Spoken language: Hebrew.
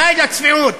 די לצביעות.